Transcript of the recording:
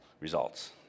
results